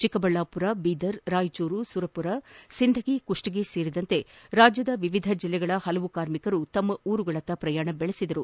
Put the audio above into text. ಚಿಕ್ಕಬಳ್ಳಾಮರ ಬೀದರ್ ರಾಯಚೂರು ಸುರಮರ ಸಿಂದಗಿ ಕುಷ್ವಗಿ ಸೇರಿದಂತೆ ರಾಜ್ಯದ ವಿವಿಧ ಜಿಲ್ಲೆಗಳ ಹಲವು ಕಾರ್ಮಿಕರು ತಮ್ಮ ಊರಿನತ್ತ ಪ್ರಯಾಣ ಬೆಳೆಸಿದರು